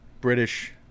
British